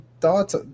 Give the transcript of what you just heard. thoughts